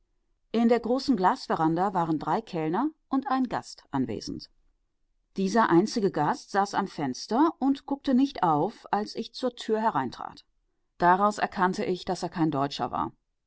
in der großen glasveranda waren drei kellner und ein gast anwesend dieser einzige gast saß am fenster und guckte nicht auf als ich zur tür hereintrat daraus erkannte ich daß er kein deutscher war